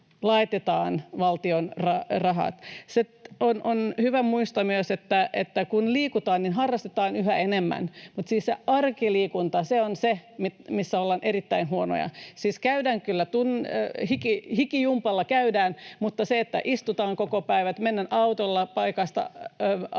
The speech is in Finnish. laitetaan valtion rahat. On hyvä muistaa myös, että kun liikutaan, niin harrastetaan yhä enemmän, mutta siis se arkiliikunta on se, missä ollaan erittäin huonoja. Siis käydään kyllä hikijumpalla, mutta siihen, että istutaan koko päivä, mennään autolla paikasta